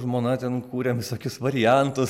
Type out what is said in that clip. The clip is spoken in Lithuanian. žmona ten kūrėm visokius variantus